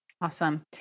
Awesome